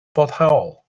foddhaol